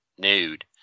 nude